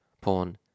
Porn